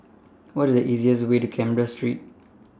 What IS The easiest Way to Canberra Street